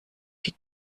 die